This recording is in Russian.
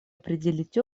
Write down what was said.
определить